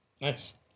Nice